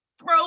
Throw